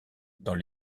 dans